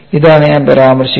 ഇതാണ് ഞാൻ പരാമർശിക്കുന്നത്